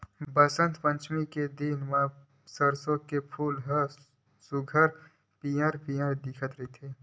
बसंत पचमी के दिन म सरसो के फूल ह सुग्घर पिवरा पिवरा दिखत रहिथे